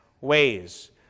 ways